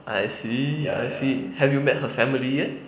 I see I see have you met her family yet